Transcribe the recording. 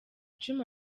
icumi